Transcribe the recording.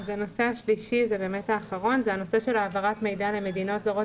הנושא הוא הנושא של העברת מידע למדינות זרות